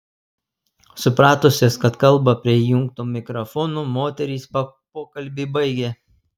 supratusios kad kalba prie įjungto mikrofono moterys pokalbį baigė